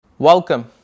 Welcome